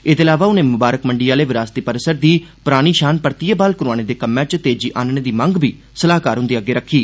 एहदे अलावा उने मुबारक मंडी आहले विरासती परिसर दी परानी षान परतियै ब्हाल करोआने दे कम्मै च तेजी आहनने दी मंग बी सलाहकार हुंदे अग्गे रक्खी